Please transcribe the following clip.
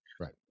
right